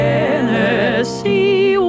Tennessee